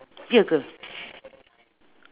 ye ke